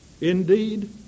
indeed